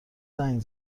زنگ